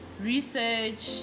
research